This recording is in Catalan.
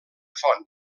font